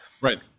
Right